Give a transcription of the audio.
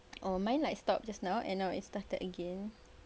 oh mine like stopped just now and now it's started again